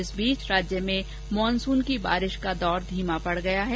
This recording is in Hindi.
इस बीच राज्य में मानसून की बारिश का दौर धीमा पड़ गया है